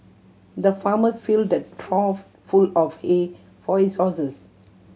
the farmer filled a trough full of hay for his horses